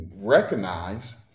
recognize